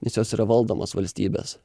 nes jos yra valdomos valstybės